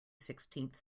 sixteenth